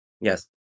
Yes